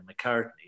McCartney